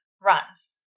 runs